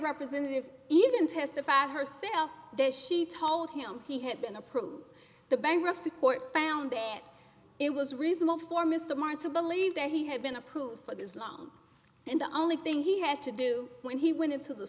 representative even testified herself that she told him he had been approved the bankruptcy court found that it was reasonable for mr maher to believe that he had been approved for this long and the only thing he had to do when he went into the